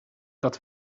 dat